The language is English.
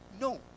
No